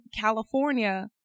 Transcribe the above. California